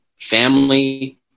family